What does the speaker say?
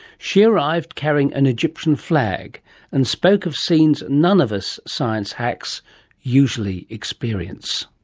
she arrived carrying an egyptian flag and spoke of scenes none of us science hacks usually experience.